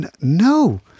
No